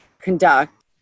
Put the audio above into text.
conduct